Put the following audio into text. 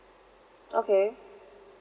okay